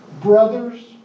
brothers